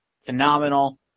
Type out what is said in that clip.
Phenomenal